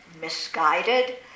misguided